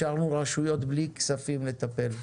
השארנו רשויות בלי כספים לטפל.